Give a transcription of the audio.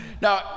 Now